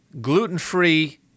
gluten-free